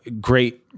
great